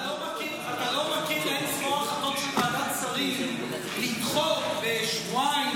אתה לא מכיר אין-ספור החלטות של ועדת השרים לדחות בשבועיים,